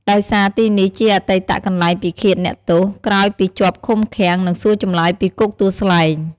ដោយសារទីនេះជាអតីតកន្លែងពិឃាតអ្នកទោស ក្រោយពីជាប់ឃុំឃាំង និងសួរចម្លើយពីគុកទួលស្លែង។